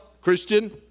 Christian